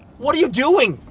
what are you doing?